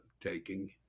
taking